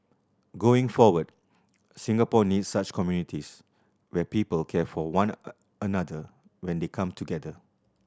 going forward Singapore needs such communities where people care for one another when they come together